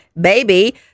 baby